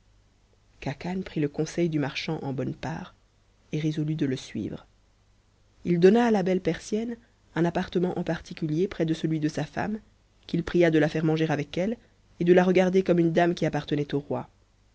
khacan prit le conseil du marchand en bonne part et résolut de le suivre il donna à la belle persienne un appartement en particulier près de celui de sa femme qu'il pria de la faire manger avec elle et de la regarder comme une dame qui appartenait au roi